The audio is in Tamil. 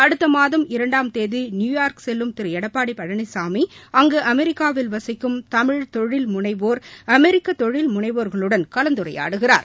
அடுத்த மாதம் இரண்டாம் தேதி நியுயாா்க் செல்லும் திரு எடப்பாடி பழனிசாமி அங்கு அமெரிக்காவில் வசிகும் தமிழ் தொழில்முனைவோர் அமெரிக்க தொழில் முனைவோர்களுடன் கலந்துரையாடுகிறார்